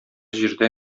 җирдә